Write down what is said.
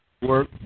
Work